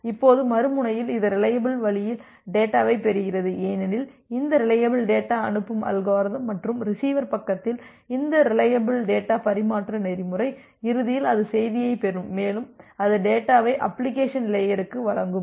இப்போது மறுமுனையில் இது ரிலையபில் வழியில் டேட்டாவைப் பெறுகிறது ஏனெனில் இந்த ரிலையபில் டேட்டா அனுப்பும் அல்காரிதம் மற்றும் ரிசீவர் பக்கத்தில் இந்த ரிலையபில் டேட்டா பரிமாற்ற நெறிமுறை இறுதியில் அது செய்தியைப் பெறும் மேலும் அது டேட்டாவை அப்ளிகேஷன் லேயருக்கு வழங்கும்